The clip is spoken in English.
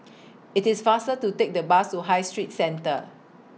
IT IS faster to Take The Bus to High Street Centre